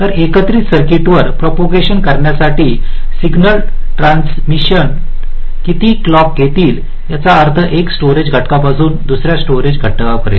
तर एकत्रित सर्किटवर प्रोपोगंशन करण्यासाठी सिग्नल ट्रांसीशन्स किती क्लॉक घेतील याचा अर्थ 1 स्टोरेज घटकापासून दुसर्यापर्यंत